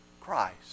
Christ